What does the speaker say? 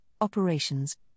operations